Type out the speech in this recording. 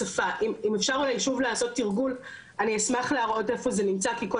אני אשמח אולי להראות איפה זה נמצא כי קודם קצת התפקשש לנו,